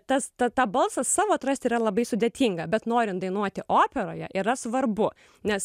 tas tą balsą savo atrasti yra labai sudėtinga bet norint dainuoti operoje yra svarbu nes